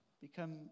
become